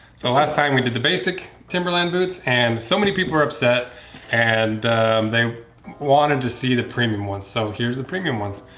so last time we did the basic timberland boots and so many people are upset and they wanted to see the premium ones so here's the premium ones.